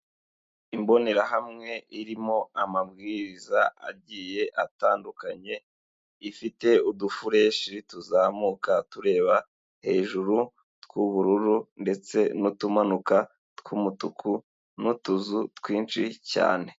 Imbonerahamwe irimo amabwiriza agiye atandukanye ifite udufureshi tuzamuka tureba hejuru, tw'ubururu ndetse n'utumanuka tw'umutuku n'utuzu twinshi cyane.